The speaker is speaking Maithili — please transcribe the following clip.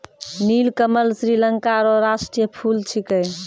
नीलकमल श्रीलंका रो राष्ट्रीय फूल छिकै